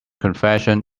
confession